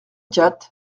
quatre